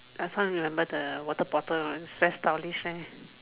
I still remember the water bottle very stylish leh